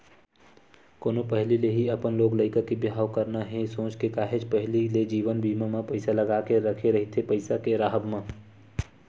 कोनो पहिली ले ही अपन लोग लइका के बिहाव करना हे सोच के काहेच पहिली ले जीवन बीमा म पइसा लगा के रखे रहिथे पइसा के राहब म